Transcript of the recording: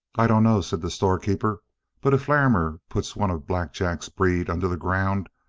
i dunno, said the storekeeper but if larrimer put one of black jack's breed under the ground,